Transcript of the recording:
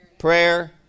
Prayer